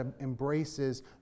embraces